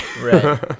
Right